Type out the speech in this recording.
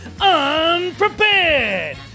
unprepared